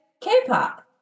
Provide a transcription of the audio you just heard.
K-pop